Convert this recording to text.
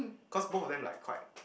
cause both of them like quite